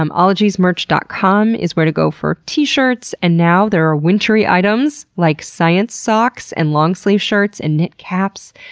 um ologiesmerch dot com is where to go for t shirts and now there are wintery items like science socks, and long-sleeve shirts, and knit caps.